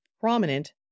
prominent